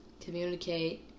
communicate